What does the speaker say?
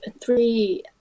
three